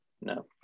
No